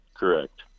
Correct